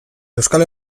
euskal